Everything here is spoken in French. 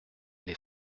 les